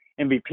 MVP